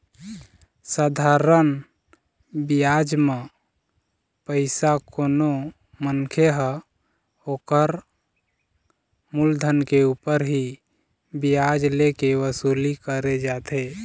साधारन बियाज म पइसा कोनो मनखे ह ओखर मुलधन के ऊपर ही बियाज ले के वसूली करे जाथे